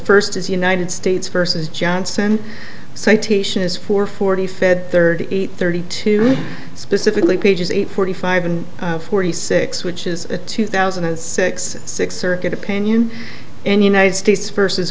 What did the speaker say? first is united states versus johnson citation is four forty fed thirty eight thirty two specifically pages eight forty five and forty six which is a two thousand and six six circuit opinion and united states versus